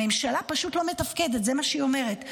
הממשלה פשוט לא מתפקדת, זה מה שהיא אומרת.